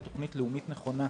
בתוכנית לאומית נכונה,